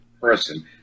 person